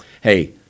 hey